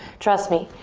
trust me.